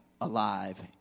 alive